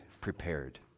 prepared